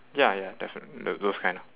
ya ya definitel~ uh those kind lah